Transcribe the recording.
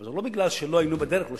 אבל זה לא משום שלא היינו בדרך לשם.